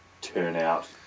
turnout